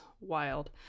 wild